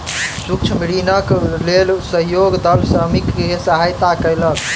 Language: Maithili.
सूक्ष्म ऋणक लेल सहयोग दल श्रमिक के सहयता कयलक